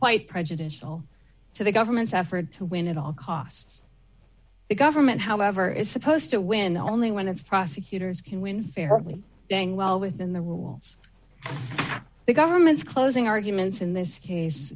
quite prejudicial to the government's effort to win at all costs the government however is supposed to win only when its prosecutors can win fairly dang well within the rules the government's closing arguments in this case